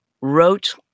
wrote